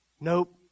Nope